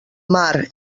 mar